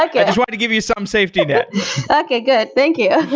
i just want to give you some safety net okay. good. thank you.